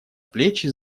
плечи